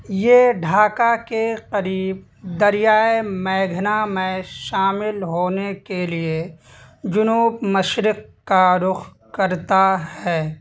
یہ ڈھاکہ کے قریب دریائے میگھنا میں شامل ہونے کے لیے جنوب مشرق کا رخ کرتا ہے